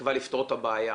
בתקווה לפתור את הבעיה,